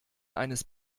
eines